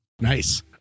Nice